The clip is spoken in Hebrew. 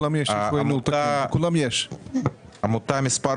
עמותה מס'